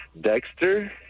Dexter